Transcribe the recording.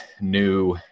new